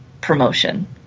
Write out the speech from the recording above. promotion